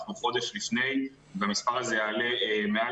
אנחנו חודש לפני והמספר הזה יעלה למעל